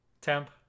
Temp